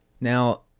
Now